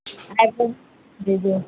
جی جی